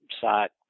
site